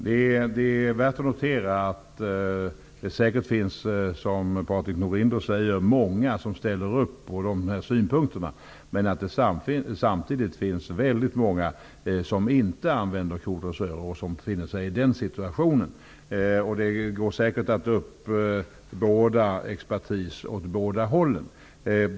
Fru talman! Det är värt att notera att det, som Patrik Norinder säger, säkert finns många som ställer upp på dessa synpunkter. Samtidigt finns det väldigt många djurägare som inte använder kodressörer. Det går säkert att uppbåda expertis i båda lägren.